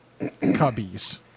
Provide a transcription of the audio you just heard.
Cubbies